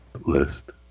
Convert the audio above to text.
list